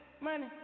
money